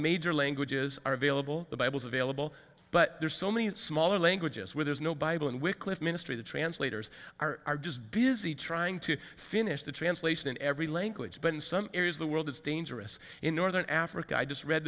major languages are available the bibles available but there are so many smaller languages where there's no bible in wycliffe ministry the translator are are just busy trying to finish the translation in every language but in some areas the world is dangerous in northern africa i just read